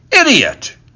idiot